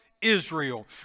Israel